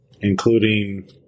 including